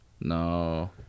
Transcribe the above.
No